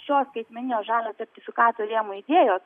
šio skaitmeninio žaliojo sertifikato rėmo idėjos